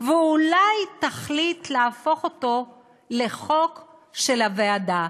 ואולי תחליט להפוך אותו לחוק של הוועדה,